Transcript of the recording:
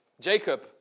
Jacob